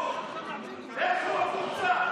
לכו החוצה,